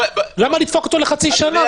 למה לדפוק אותו לחצי שנה?